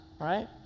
right